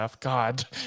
god